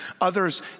others